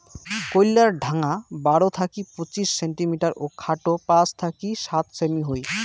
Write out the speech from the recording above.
কইল্লার ঢাঙা বারো থাকি পঁচিশ সেন্টিমিটার ও খাটো পাঁচ থাকি সাত সেমি হই